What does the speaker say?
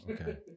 Okay